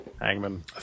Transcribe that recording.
Hangman